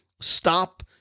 stop